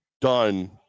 done